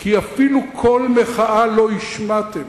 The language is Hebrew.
כי אפילו קול מחאה לא השמעתם,